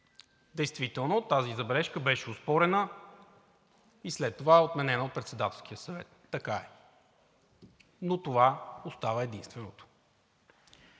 Действително тази забележка беше оспорена и след това отменена от Председателския съвет. Така е! Но това остава единственото.